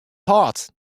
hâldt